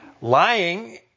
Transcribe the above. Lying